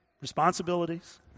responsibilities